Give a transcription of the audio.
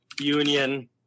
Union